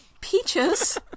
Peaches